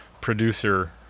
producer